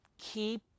keep